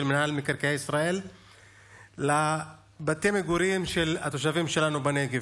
מינהל מקרקעי ישראל לבתי המגורים של התושבים שלנו בנגב.